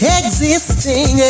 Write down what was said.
existing